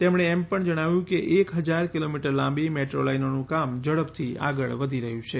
તેમણે એમ પણ જણાવ્યું કે એક હજાર કિલોમીટર લાંબી મેટ્રોલાઇનોનું કામ ઝડપથી આગળ વધી રહ્યું છે